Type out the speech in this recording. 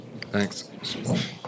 Thanks